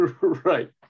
right